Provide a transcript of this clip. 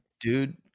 dude